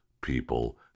people